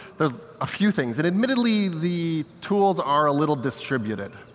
there's a few things, and admittedly the tools are a little distributed.